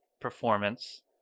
performance